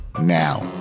now